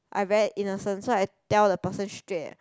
I very innocent so I tell the person straight um